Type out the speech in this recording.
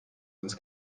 ins